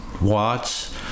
watts